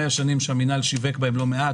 אלה היו שנים שהמינהל שיווק בהן לא מעט,